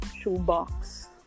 shoebox